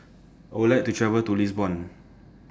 I Would like to travel to Lisbon